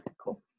cool